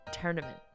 tournament